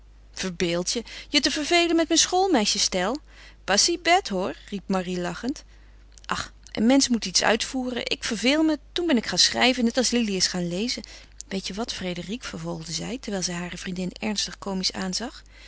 verbeeld je je te vervelen met mijn schoolmeisjes stijl pas si bête hoor riep marie lachend ach een mensch moet iets uitvoeren ik verveel me toen ben ik gaan schrijven net als lili is gaan lezen weet je wat frédérique vervolgde zij terwijl zij hare vriendin ernstig komisch aanzag